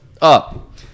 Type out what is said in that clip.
up